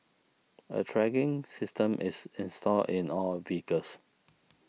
a tracking system is installed in all vehicles